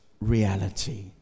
reality